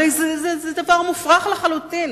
הרי זה דבר מופרך לחלוטין,